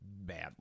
badly